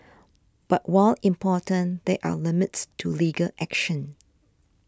but while important there are limits to legal action